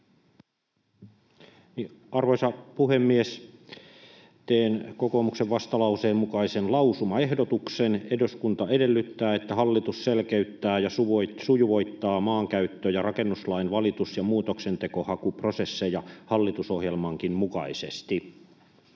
Arvoisa puhemies! Teen kokoomuksen vastalauseen mukaisen lausumaehdotuksen: ”Eduskunta edellyttää, että hallitus selkeyttää ja sujuvoittaa maankäyttö‑ ja rakennuslain valitus‑ ja muutoksenhakuprosesseja hallitusohjelmankin mukaisesti.”